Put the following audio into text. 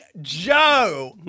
Joe